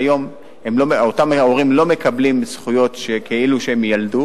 והיום אותם ההורים לא מקבלים זכויות כאילו ילדו,